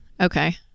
Okay